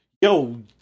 yo